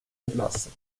entlassen